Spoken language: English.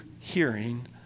hearing